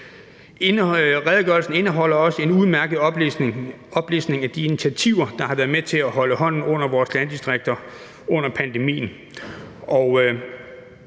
Redegørelsen indeholder også en udmærket oplistning af de initiativer, der har været med til at holde hånden under vores landdistrikter under pandemien.